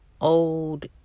old